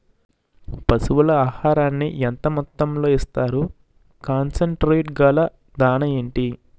పశువుల ఆహారాన్ని యెంత మోతాదులో ఇస్తారు? కాన్సన్ ట్రీట్ గల దాణ ఏంటి?